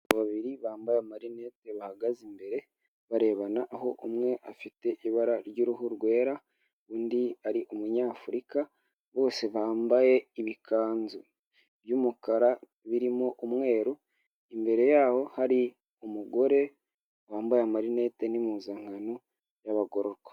Abagabo babiri bambaye amarinete, bahagaze imbere barebana aho umwe afite ibara ry'uruhu rwera ,undi ari umunyafurika ,bose bambaye ibikanzu by'umukara birimo umweru, imbere y'aho hari umugore wambaye amarinete n'impuzankano y'abagororwa.